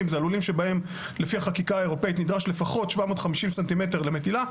זה הלולים שבהם לפי החקיקה האירופית נדרש לפחות 750 ס"מ למטילה,